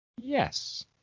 Yes